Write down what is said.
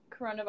coronavirus